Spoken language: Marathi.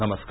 नमस्कार